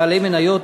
בעלי מניות,